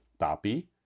Tapi